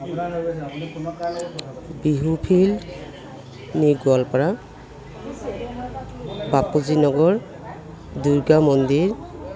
Bihu field নিজ গোৱালপাৰা বাপুজি নগৰ দুৰ্গা মন্দিৰ